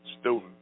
student